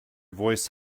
voice